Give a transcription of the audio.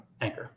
Anchor